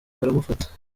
baramufata